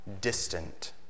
distant